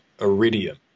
iridium